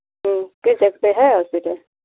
ओ पेजैप पे है आपके पास